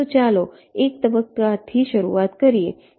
તો ચાલો 1 તબક્કાથી શરૂઆત કરીએ